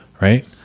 right